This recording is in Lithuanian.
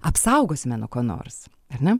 apsaugosime nuo ko nors ar ne